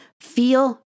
feel